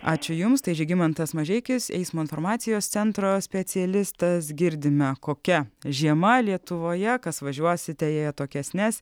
ačiū jums tai žygimantas mažeikis eismo informacijos centro specialistas girdime kokia žiema lietuvoje kas važiuosite į atokesnes